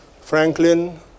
Franklin